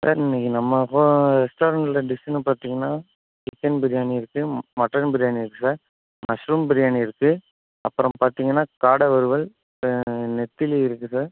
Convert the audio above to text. sir இன்னிக்கு நம்ம போ ரெஸ்ட்டாரெண்ட்டில் டிஷ்ஷுன்னு பார்த்திங்கனா சிக்கன் பிரியாணி இருக்கு ம் மட்டன் பிரியாணி இருக்கு சார் மஷ்ரூம் பிரியாணி இருக்கு அப்புறோம் பார்த்திங்கனா காடை வறுவல் நெத்திலி இருக்கு சார்